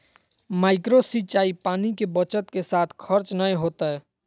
micro सिंचाई पानी के बचत के साथ खर्च नय होतय